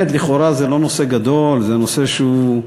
לכאורה זה לא נושא גדול, זה נושא שהוא,